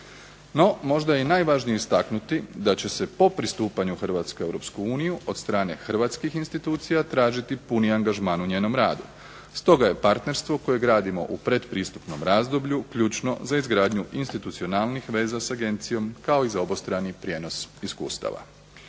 NO, možda i najvažnije istaknuti da će se po pristupanju Hrvatske u Europsku uniju od strane Hrvatskih institucija tražiti puni angažman u njenom radu, stoga je partnerstvo koje gradimo u pretpristupnom razdoblju ključno za izgradnju institucionalnih veza sa Agencijom kao i za obostrani prijenos iskustava.